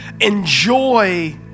enjoy